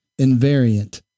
invariant